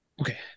Okay